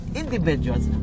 individuals